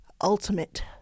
ultimate